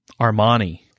Armani